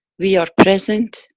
we are present,